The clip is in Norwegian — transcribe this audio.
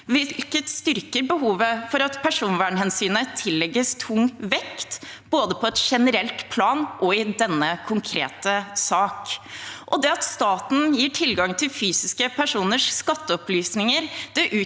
hvilket styrker behovet for at personvernhensynet tillegges tung vekt, både på et generelt plan og i denne konkrete sak. Det at staten gir tilgang til fysiske personers skatteopplysninger,